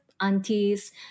aunties